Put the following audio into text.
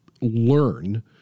learn